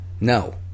No